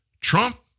Trump